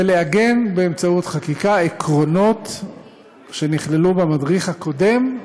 ולעגן באמצעות חקיקה עקרונות שנכללו במדריך הקודם,